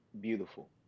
Beautiful